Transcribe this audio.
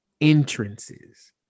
Entrances